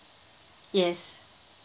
yes